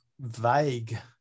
vague